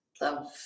love